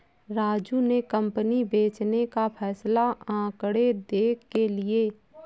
राजू ने कंपनी बेचने का फैसला आंकड़े देख के लिए